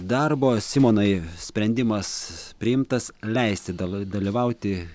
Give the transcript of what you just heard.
darbo simonai sprendimas priimtas leisti dalo dalyvauti